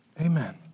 amen